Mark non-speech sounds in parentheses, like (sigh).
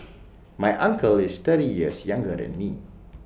(noise) my uncle is thirty years younger than me